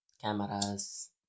Cameras